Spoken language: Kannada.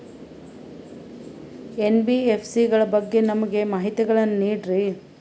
ಎನ್.ಬಿ.ಎಫ್.ಸಿ ಗಳ ಬಗ್ಗೆ ನಮಗೆ ಮಾಹಿತಿಗಳನ್ನ ನೀಡ್ರಿ?